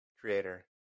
creator